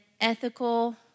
ethical